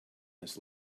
this